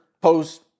post